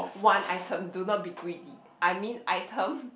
one item do not be greedy I mean item